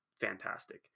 fantastic